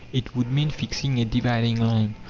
it would mean fixing a dividing line,